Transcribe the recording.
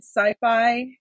sci-fi